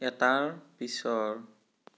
এটাৰ পিছৰ